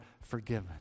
forgiven